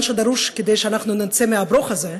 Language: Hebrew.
שדרוש כדי שאנחנו נצא מהברוך הזה,